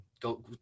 go